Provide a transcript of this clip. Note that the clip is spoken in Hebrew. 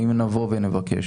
האם נבוא ונבקש.